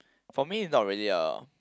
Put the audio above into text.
for me is not really a